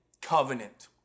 covenant